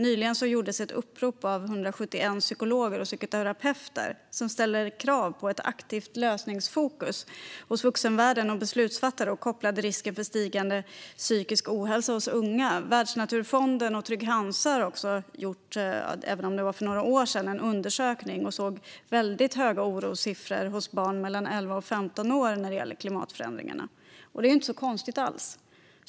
Nyligen kom ett upprop från 171 psykologer och psykoterapeuter där de ställer krav på ett aktivt lösningsfokus hos vuxenvärlden och beslutsfattare kopplat till risken för stigande psykisk ohälsa hos unga. Världsnaturfonden och Trygg-Hansa har också gjort en undersökning, även om det var för några år sedan. De såg då väldigt höga orossiffror hos barn mellan 11 och 15 år när det gäller klimatförändringarna. Det är inte alls konstigt.